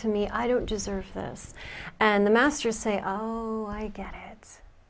to me i don't deserve this and the masters say oh i get it